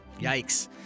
Yikes